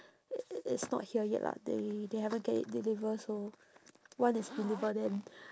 i~ i~ it's not here yet lah they they haven't get it deliver so once it's delivered then